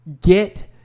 get